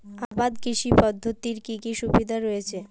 আবাদ কৃষি পদ্ধতির কি কি সুবিধা রয়েছে?